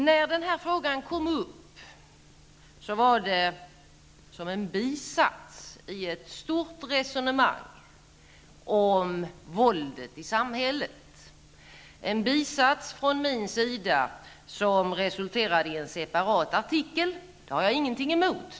När denna fråga kom upp var det som en bisats i ett stort resonemang om våldet i samhället. Det var en bisats från min sida som resulterade i en separat artikel. Det har jag ingenting emot.